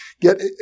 get